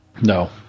No